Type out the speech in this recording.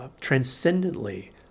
transcendently